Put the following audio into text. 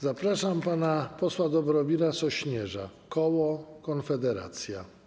Zapraszam pana posła Dobromira Sośnierza, koło Konfederacja.